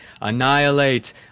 ANNIHILATE